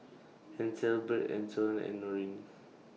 Ethelbert Antone and Norene